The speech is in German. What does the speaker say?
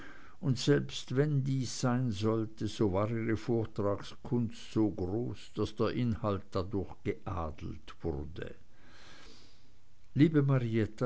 und selbst wenn dies sein sollte so war ihre vortragskunst so groß daß der inhalt dadurch geadelt wurde liebe marietta